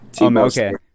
Okay